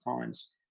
times